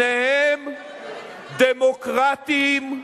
שניהם דמוקרטים,